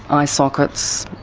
eye sockets,